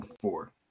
four